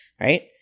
right